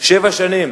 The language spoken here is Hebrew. שבע שנים,